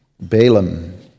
Balaam